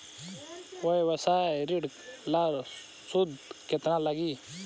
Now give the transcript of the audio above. व्यवसाय ऋण ला सूद केतना लागी?